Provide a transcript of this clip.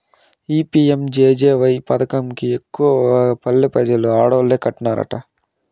ఈ పి.యం.జె.జె.వై పదకం కి ఎక్కువగా పల్లె పెజలు ఆడోల్లే కట్టన్నారట